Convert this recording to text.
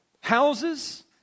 houses